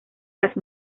las